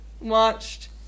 watched